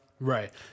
Right